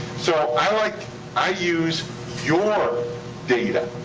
so i like i use your data.